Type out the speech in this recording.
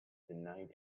denied